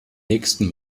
nächsten